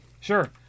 Sure